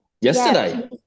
yesterday